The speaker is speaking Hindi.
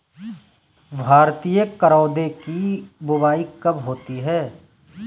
भारतीय करौदे की बुवाई कब होती है?